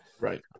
right